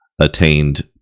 attained